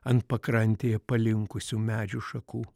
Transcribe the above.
ant pakrantėje palinkusių medžių šakų